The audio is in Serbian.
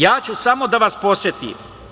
Ja ću samo da vas podsetim.